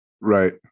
Right